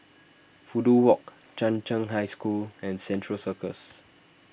Fudu Walk Chung Cheng High School and Central Circus